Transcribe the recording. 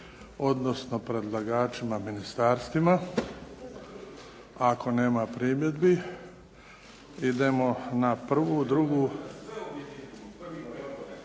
odnosno predlagačima ministarstvima. Ako nema primjedbi, idemo na prvu, drugu.